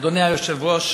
אדוני היושב-ראש,